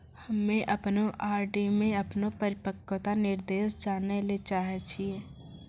हम्मे अपनो आर.डी मे अपनो परिपक्वता निर्देश जानै ले चाहै छियै